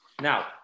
Now